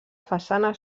façana